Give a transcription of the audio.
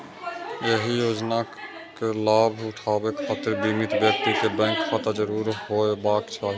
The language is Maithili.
एहि योजनाक लाभ उठाबै खातिर बीमित व्यक्ति कें बैंक खाता जरूर होयबाक चाही